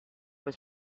was